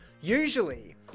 usually